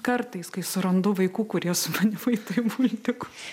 kartais kai surandu vaikų kurie su manim eitų į multikus